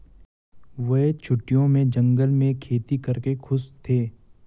वे छुट्टियों में जंगल में खेती करके खुश थे